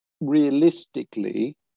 realistically